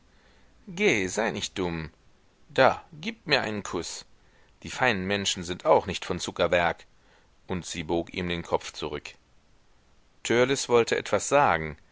sei nicht dumm da gib mir einen kuß die feinen menschen sind auch nicht von zuckerwerk und sie bog ihm den kopf zurück törleß wollte etwas sagen